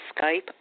Skype